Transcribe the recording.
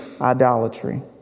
idolatry